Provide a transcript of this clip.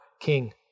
King